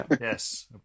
Yes